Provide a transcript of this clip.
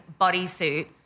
bodysuit